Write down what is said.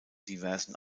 diversen